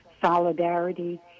solidarity